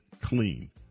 clean